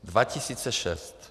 2006.